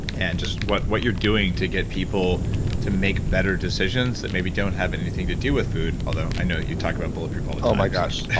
and just what what you're doing to get people to make better decisions that maybe don't have anything to do with food, although i know you talk about bulletproof all the time oh my gosh,